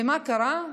ומה קרה?